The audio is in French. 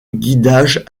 guidage